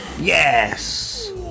Yes